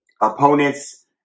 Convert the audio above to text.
opponents